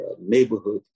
neighborhood